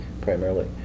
primarily